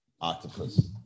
Octopus